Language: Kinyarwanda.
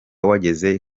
wageze